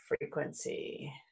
frequency